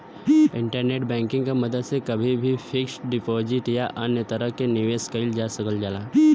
internet banking क मदद से कभी भी फिक्स्ड डिपाजिट या अन्य तरह क निवेश कइल जा सकल जाला